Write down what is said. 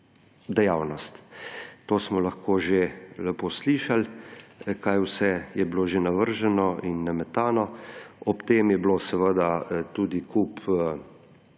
dejavnost. To smo lahko že lepo slišali, kaj vse je bilo že navrženo in nametano. Ob tem je bilo seveda tudi kup